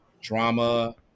drama